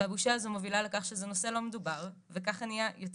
והבושה הזו מובילה לכך שזה נושא לא מדובר וכך נהיה עוד